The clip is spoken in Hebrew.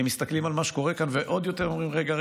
כי הם מסתכלים על מה שקורה כאן ועוד יותר אומרים: רגע,